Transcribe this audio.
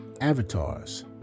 avatars